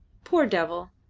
poor devil!